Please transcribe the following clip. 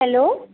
hello